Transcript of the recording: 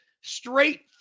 straight